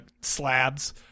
slabs